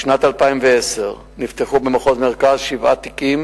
בשנת 2010 נפתחו במחוז מרכז שבעה תיקים